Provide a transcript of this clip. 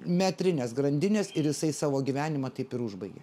metrinės grandinės ir jisai savo gyvenimą taip ir užbaigia